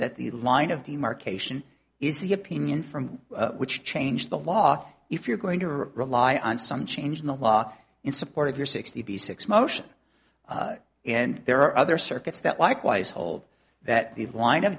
that the line of demarcation is the opinion from which changed the law if you're going to rely on some change in the law in support of your sixty six motion and there are other circuits that likewise hold that the line